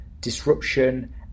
disruption